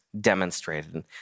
demonstrated